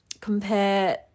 compare